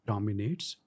Dominates